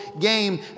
game